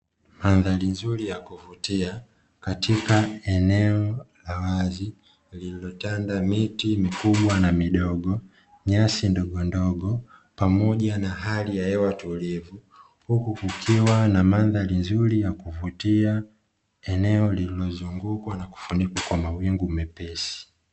Mandhari nzuri ya kuvutia katika eneo la wazi lililotanda miti mikubwa na midogo, nyasi ndogondogo pamoja na hali ya hewa tulivu huku kukiwa na mandhari nzuri ya kuvutia eneo lililozungukwa na lililofunikwa kwa mawingu mepesi.